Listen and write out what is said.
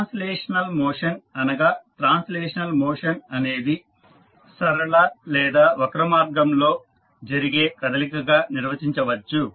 translational motion అనగా translational motion అనేది సరళ లేదా వక్ర మార్గంలో జరిగే కదలికగా నిర్వచించవచ్చు